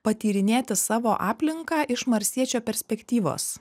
patyrinėti savo aplinką iš marsiečio perspektyvos